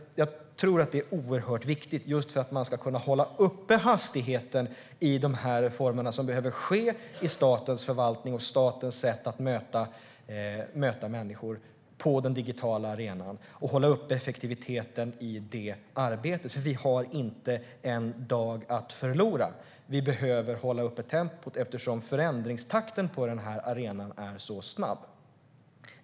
Det är oerhört viktigt för att kunna hålla uppe hastigheten i de här reformerna som behöver ske i statens förvaltning och i statens sätt att möta människor på den digitala arenan och hålla uppe effektiviteten i det arbetet, för vi har inte en dag att förlora. Vi behöver hålla tempot uppe, eftersom förändringstakten på den här arenan är så snabb.